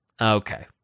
Okay